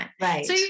right